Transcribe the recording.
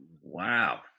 Wow